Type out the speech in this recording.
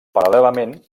paral·lelament